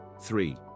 three